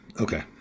Okay